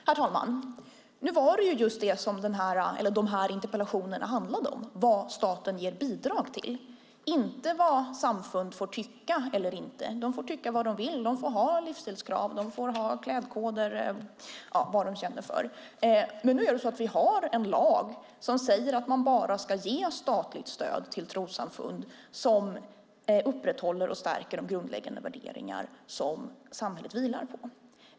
Herr talman! Nu är det just det som interpellationerna handlar om: vad staten ger bidrag till, inte vad samfund får eller inte får tycka. De får tycka vad de vill. De får ha livsstilskrav, klädkoder och vad de känner för. Men nu är det så att vi har en lag som säger att man bara ska ge statligt stöd till trossamfund som upprätthåller och stärker de grundläggande värderingar som samhället vilar på.